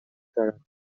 دارد